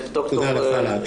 תודה לך על ההקשבה.